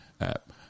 app